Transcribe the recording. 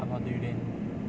ang moh 榴槤